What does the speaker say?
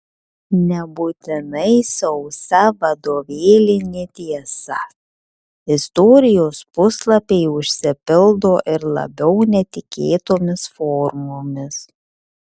nebūtinai sausa vadovėlinė tiesa istorijos puslapiai užsipildo ir labiau netikėtomis formomis